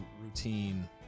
routine